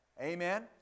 Amen